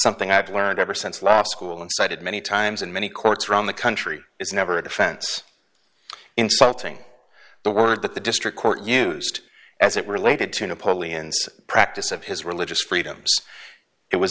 something i've learned ever since law school and cited many times in many courts around the country is never a defense insulting the word that the district court used as it related to napoleon's practice of his religious freedoms it was